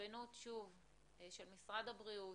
ההתחשבנות שוב של משרד הבריאות,